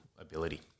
ability